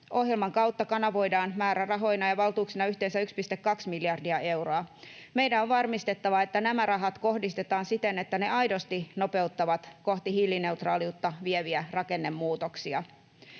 Ohjelman kautta kanavoidaan määrärahoina ja valtuuksina yhteensä 1,2 miljardia euroa. Meidän on varmistettava, että nämä rahat kohdistetaan siten, että ne aidosti nopeuttavat kohti hiilineutraaliutta vieviä rakennemuutoksia.